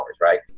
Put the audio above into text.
right